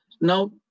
Now